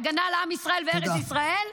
להגנה על עם ישראל וארץ ישראל -- תודה.